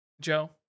joe